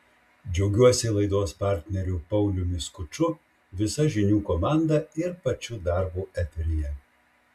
džiaugiuosi laidos partneriu pauliumi skuču visa žinių komanda ir pačiu darbu eteryje